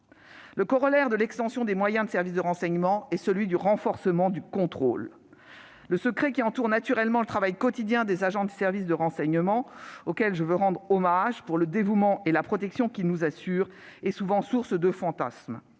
Le corollaire de l'extension des moyens des services de renseignement est le renforcement du contrôle. Le secret qui entoure naturellement le travail quotidien des agents des services de renseignement, auquel je veux rendre hommage pour leur dévouement et pour la protection qu'ils nous garantissent, est souvent source de fantasmes.